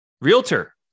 Realtor